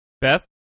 Beth